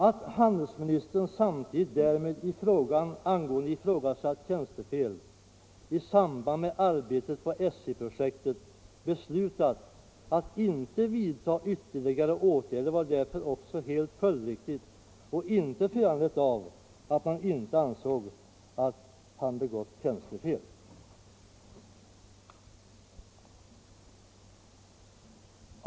Att handelsministern samtidigt därmed i frågan angående ifrågasatt tjänstefel i samband med arbetet på ESSI-projektet beslöt att inte vidta ytterligare åtgärder var därför också helt följdriktigt och inte föranlett av att man inte ansåg att sekreteraren begått tjänstefel.